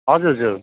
हजुर हजुर